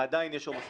עדיין יש עומסים?